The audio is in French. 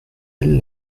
elle